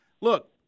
look